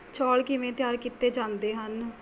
ਚੌਲ਼ ਕਿਵੇਂ ਤਿਆਰ ਕੀਤੇ ਜਾਂਦੇ ਹਨ